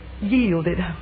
yielded